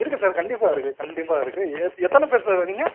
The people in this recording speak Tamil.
இருக்குது சார் கண்டிப்பாக இருக்குது கண்டிப்பாக இருக்குது ஏத் எத்தனை பேர் சார் வரீங்க